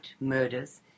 murders